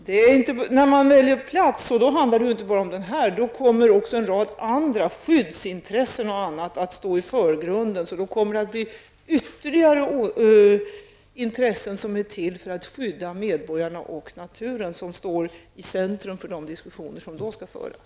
Herr talman! Vid val av plats handlar det inte bara om detta område. Då kommer även en rad andra skyddsintressen osv. att stå i förgrunden. Det kommer att bli ytterligare intressen som är till för att skydda medborgarna och naturen som kommer att stå i centrum för de diskussioner som då skall föras.